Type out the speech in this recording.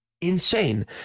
Insane